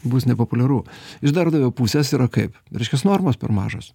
bus nepopuliaru iš darbdavio pusės yra kaip reiškias normos per mažos